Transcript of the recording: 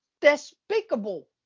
despicable